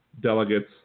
delegates